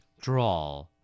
Draw